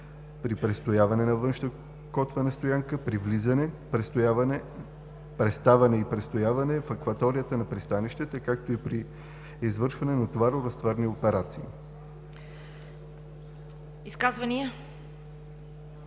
при престояване на външна котвена стоянка, при влизане, приставане и престояване в акваторията на пристанищата, както и при извършване на товаро-разтоварни операции.“